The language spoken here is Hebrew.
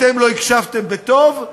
אתם לא הקשבתם בטוב,